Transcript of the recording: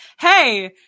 hey